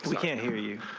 can't hear you.